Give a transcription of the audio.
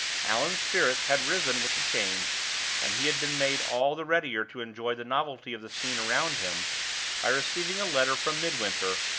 allan's spirits had risen with the change and he had been made all the readier to enjoy the novelty of the scene around him by receiving a letter from midwinter,